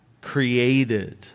created